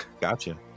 Gotcha